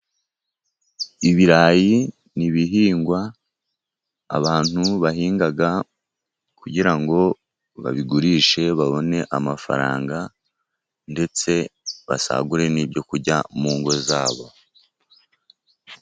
Ibirayi ni ibihingwa abantu bahinga kugira ngo babigurishe babone amafaranga ndetse basagure n'ibyo kurya mu ngo zabo.